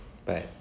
but